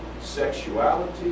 sexuality